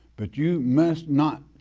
but you must not